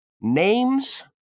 Names